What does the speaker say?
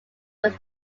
were